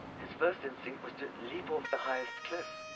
his first instinct was to leap off the highest cliff,